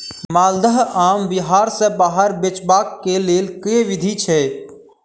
माल्दह आम बिहार सऽ बाहर बेचबाक केँ लेल केँ विधि छैय?